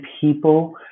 people